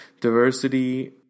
Diversity